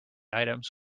items